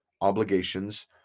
obligations